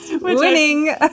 Winning